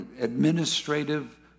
administrative